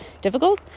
difficult